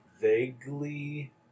vaguely